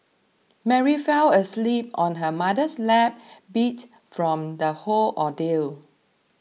Mary fell asleep on her mother's lap beat from the whole ordeal